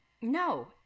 No